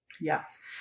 Yes